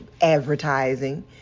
advertising